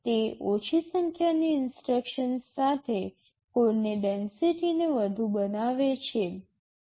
તે ઓછી સંખ્યાની ઇન્સટ્રક્શન્સ સાથે કોડની ડેન્સિટીને વધુ બનાવે છે